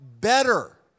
better